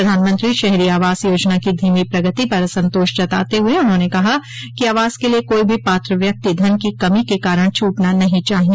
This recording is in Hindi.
प्रधानमंत्री शहरो आवास योजना की धीमी प्रगति पर असंतोष जताते हुए उन्होंने कहा कि आवास के लिए कोई भी पात्र व्यक्ति धन की कमी के कारण छूटना नहीं चाहिए